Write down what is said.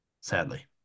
Sadly